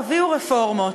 תביאו רפורמות.